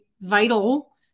vital